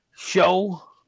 show